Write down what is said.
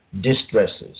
Distresses